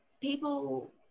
People